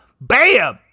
Bam